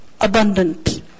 Abundant